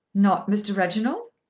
not mr. reginald?